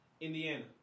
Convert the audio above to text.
Indiana